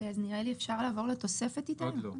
אפשר לעבור לתוספת, איתי?